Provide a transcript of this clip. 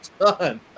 Done